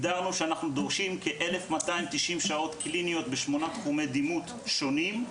כתבנו שאנחנו דורשים כ-1,290 שעות קליניות בשמונה תחומי דימות שונים.